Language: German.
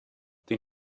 den